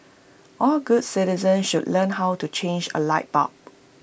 all good citizens should learn how to change A light bulb